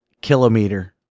Kilometer